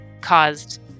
caused